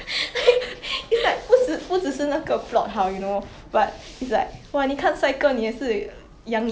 mm true true actually I agree sia 我一想 right